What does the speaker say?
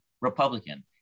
Republican